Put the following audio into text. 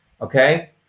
okay